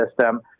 system